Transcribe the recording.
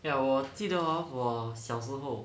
ya 我记得 hor 我小时候